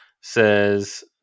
says